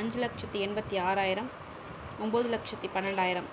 அஞ்சு லட்சத்து எண்பத்து ஆறாயிரம் ஒம்பது லட்சத்து பன்னெண்டாயிரம்